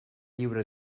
lliure